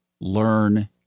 learn